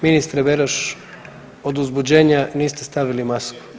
Ministre Beroš od uzbuđenja niste stavili masku.